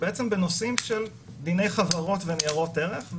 בנושאים של דיני חברות וניירות ערך,